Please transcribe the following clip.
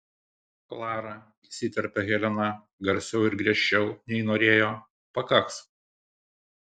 klara įsiterpia helena garsiau ir griežčiau nei norėjo pakaks